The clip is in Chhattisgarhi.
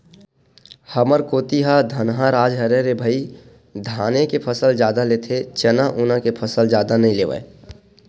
हमर कोती ह धनहा राज हरय रे भई धाने के फसल जादा लेथे चना उना के फसल जादा नइ लेवय